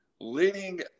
leading